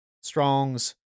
Strong's